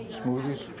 smoothies